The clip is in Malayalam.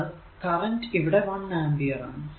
എന്നാൽ കറന്റ് ഇവിടെ 1 ആമ്പിയർ ആണ്